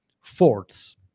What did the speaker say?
forts